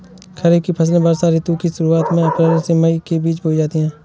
खरीफ की फसलें वर्षा ऋतु की शुरुआत में अप्रैल से मई के बीच बोई जाती हैं